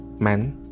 man